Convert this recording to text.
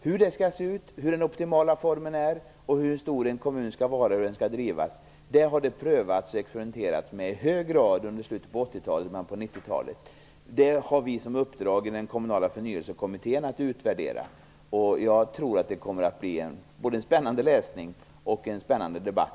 Hur den skall se ut, vilken den optimala formen är, hur stor en kommun skall vara och hur den skall drivas - det har man i hög grad experimenterat med under slutet av 80-talet och i början av 90-talet. Det har vi i den kommunala förnyelsekommittén i uppdrag att utvärdera. Jag tror att det som därpå kan följa kommer att bli både en spännande läsning och en spännande debatt.